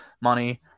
money